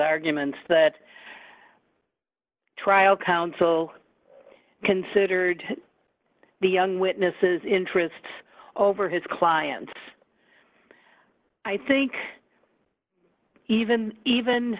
arguments that trial counsel considered the young witness's interests over his clients i think even even